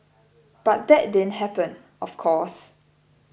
but that didn't happen of course